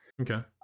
okay